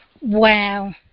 Wow